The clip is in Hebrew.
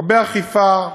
הרבה אכיפה,